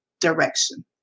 direction